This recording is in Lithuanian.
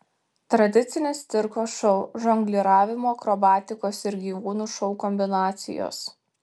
tradicinis cirko šou žongliravimo akrobatikos ir gyvūnų šou kombinacijos